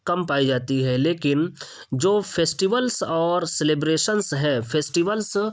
کم پائی جاتی ہے لیکن جو فیسٹیولس اور سیلیبریشن ہے فیسٹیولس